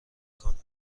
کنیم